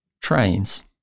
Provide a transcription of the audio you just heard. trains